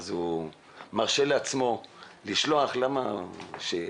ולכן הוא מרשה לעצמו לשלוח פנייה.